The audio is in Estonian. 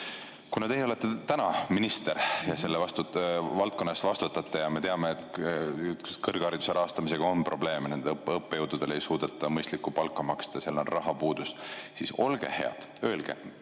Kuna teie olete täna minister ja selle valdkonna eest vastutate ja me teame, et kõrghariduse rahastamisega on probleeme, õppejõududele ei suudeta mõistlikku palka maksta, seal on rahapuudus, siis olge hea ja öelge,